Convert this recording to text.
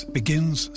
begins